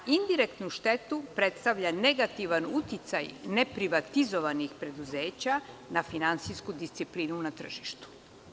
Indirektnu štetu predstavlja negativan uticaj neprivatizovanih preduzeća na finansijsku disciplinu na tržištu.